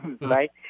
right